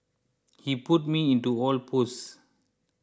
he put me into all posts